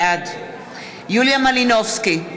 בעד יוליה מלינובסקי,